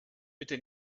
bitte